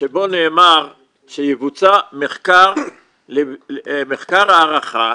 שבו נאמר שיבוצע מחקר הערכה